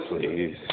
please